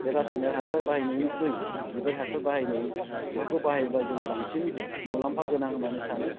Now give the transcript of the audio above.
बे रासायनारिक हासार बाहायनिख्रुइ जिबआरि हासार बाहायनाय बेफोरखौ बाहायोब्ला जों बांसिन मुलामफा गोनां होननानै सानो